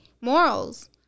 morals